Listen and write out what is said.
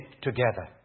together